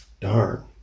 darn